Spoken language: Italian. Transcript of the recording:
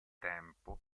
tempo